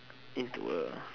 into a